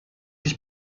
ich